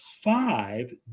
five